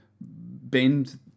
bend